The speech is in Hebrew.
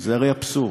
זה הרי אבסורד.